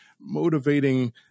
motivating